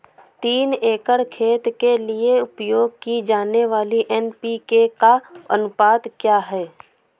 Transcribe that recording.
तीन एकड़ खेत के लिए उपयोग की जाने वाली एन.पी.के का अनुपात क्या है?